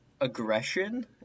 aggression